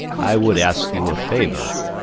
i would ask you a favour,